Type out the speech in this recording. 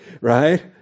Right